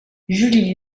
julie